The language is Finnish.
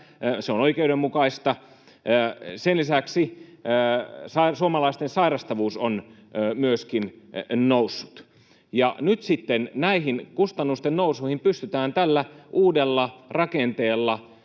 se on oikeudenmukaista. Sen lisäksi suomalaisten sairastavuus on myöskin noussut. Ja nyt sitten näihin kustannusten nousuihin pystytään tällä uudella rakenteella